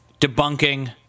debunking